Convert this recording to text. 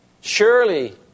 surely